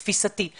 תפיסתי,